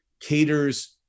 caters